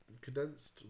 condensed